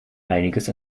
einiges